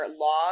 log